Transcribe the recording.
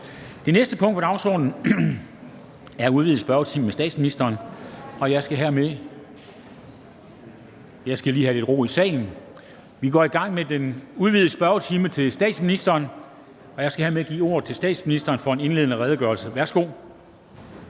Det næste punkt på dagsordenen er: 4) Udvidet spørgetime med statsministeren. Kl. 13:02 Formanden (Henrik Dam Kristensen): Jeg skal lige have lidt ro i salen. Vi går i gang med den udvidede spørgetime med statsministeren, og jeg skal hermed give ordet til statsministeren for en indledende redegørelse. Værsgo.